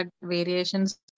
variations